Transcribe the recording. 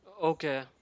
Okay